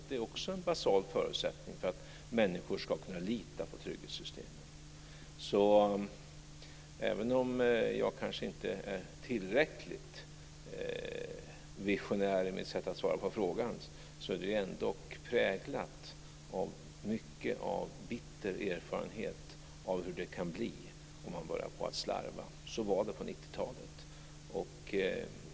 Det är också en basal förutsättning för att människor ska kunna lita på trygghetssystemen. Även om jag kanske inte är tillräckligt visionär i mitt sätt att svara på frågan är svaret ändock präglat av mycket av bitter erfarenhet av hur det kan bli om man börjar slarva. Så var det på 90-talet.